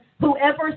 whoever